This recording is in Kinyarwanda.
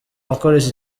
bakoresha